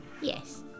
Yes